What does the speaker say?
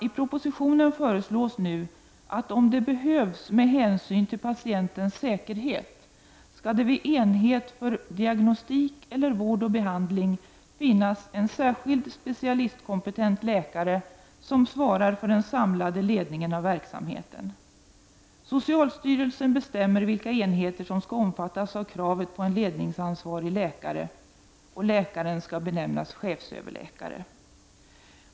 I propositionen föreslås nu att om det behövs med hänsyn till patientens säkerhet, skall det vid enhet för diagnostik eller vård och behandling finnas en särskild specialistkompetent läkare som svarar för den samlade ledningen av verksamheten. Socialstyrelsen bestämmer vilka enheter som skall omfattas av kravet på en ledningsansvarig läkare. Läkaren skall benämnas chefsöverläkare.